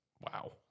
Wow